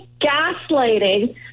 gaslighting